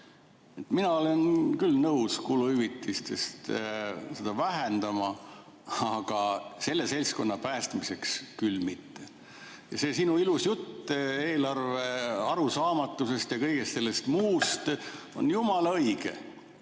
Mina olen nõus kuluhüvitisi vähendama, aga selle seltskonna päästmiseks küll mitte. See sinu ilus jutt eelarve arusaamatusest ja kõigest muust on jumala õige.